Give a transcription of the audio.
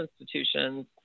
institutions